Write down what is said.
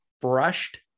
brushed